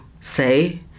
say